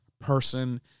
person